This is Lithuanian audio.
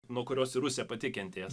nuo kurios ir rusija pati kentės